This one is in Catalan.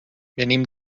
venim